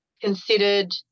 considered